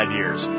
years